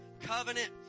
covenant